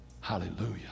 Hallelujah